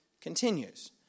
continues